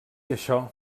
això